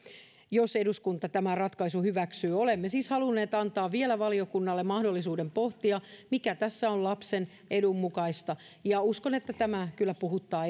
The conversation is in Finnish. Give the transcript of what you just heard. jos eduskunta tämän ratkaisun hyväksyy olemme siis halunneet antaa vielä valiokunnalle mahdollisuuden pohtia mikä tässä on lapsen edun mukaista uskon että tämä kyllä puhuttaa